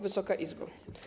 Wysoka Izbo!